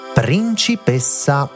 principessa